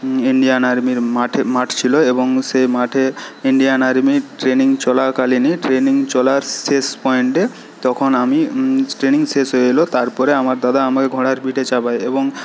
Indian আর্মির মাঠে মাঠ ছিল এবং সেই মাঠে ইন্ডিয়ান আর্মির ট্রেনিং চলাকালীনই ট্রেনিং চলার শেষ পয়েন্টে তখন আমি ট্রেনিং শেষ হয়ে এলো তারপরে আমার দাদা আমাকে ঘোড়ার পিঠে চাপায়